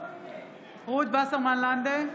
וסרמן לנדה,